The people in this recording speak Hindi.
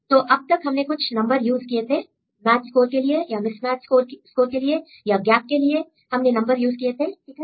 तो अब तक हमने कुछ नंबर यूज़ किए थे मैच स्कोर के लिए या मिसमैच स्कोर या गैप के लिए हमने नंबर यूज़ किए थे ठीक है